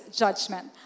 judgment